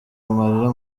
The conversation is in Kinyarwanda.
amarira